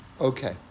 okay